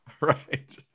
Right